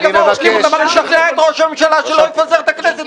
להשלים --- נשחרר את ראש הממשלה שלא יפזר את הכנסת,